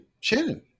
Shannon